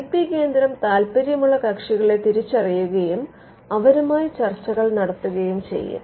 I P കേന്ദ്രം താൽപ്പര്യമുള്ള കക്ഷികളെ തിരിച്ചറിയുകയും അവരുമായി ചർച്ചകൾ നടത്തുകയും ചെയ്യും